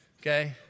Okay